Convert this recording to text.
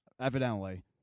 evidently